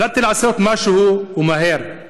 החלטתי לעשות משהו, ומהר.